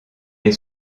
est